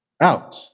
Out